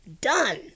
Done